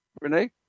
Renee